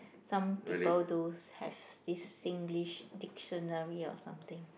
some people do have this Singlish dictionary or something